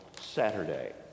Saturday